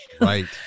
right